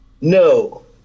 No